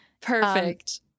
Perfect